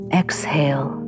exhale